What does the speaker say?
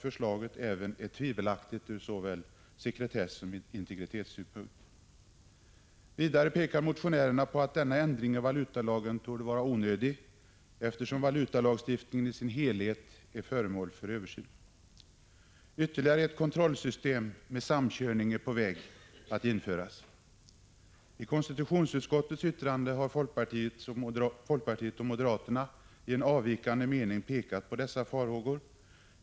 Förslaget anses även tvivelaktigt från såväl sekretesssom integritetssynpunkt. Vidare påpekar motionärerna att denna ändring i valutalagen torde vara onödig, eftersom valutalagstiftningen i dess helhet är föremål för översyn. Ytterligare ett kontrollsystem med samkörning är på väg att införas. I konstitutionsutskottets yttrande har folkpartiet och moderaterna framhållit dessa farhågor.